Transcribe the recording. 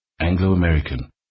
Anglo-American